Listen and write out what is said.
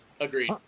Agreed